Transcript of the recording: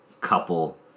couple